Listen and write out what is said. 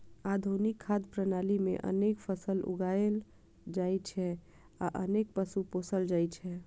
आधुनिक खाद्य प्रणाली मे अनेक फसल उगायल जाइ छै आ अनेक पशु पोसल जाइ छै